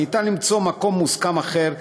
ניתן למצוא מקום מוסכם אחר,